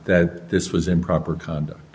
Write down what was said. that this was improper conduct